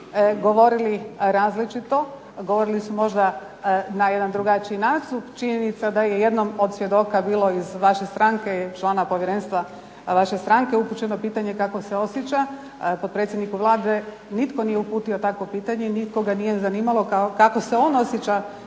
govorili različito. Govorili su možda na jedan drugačiji nastup. Činjenica da je jednom od svjedoka bilo iz vaše stranke, člana povjerenstva, vaše stranke upućeno pitanje kako se osjeća, potpredsjedniku Vlade nitko nije uputio takvo pitanje i nikoga nije zanimalo kako se on osjeća